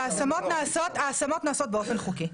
ההשמות נעשות באופן חוקי.